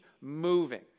moving